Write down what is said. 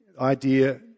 idea